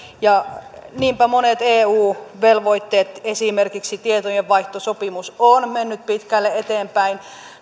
ja niinpä monet eu velvoitteet esimerkiksi tietojenvaihtosopimus ovat menneet pitkälle eteenpäin